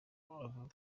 abarozi